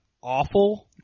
awful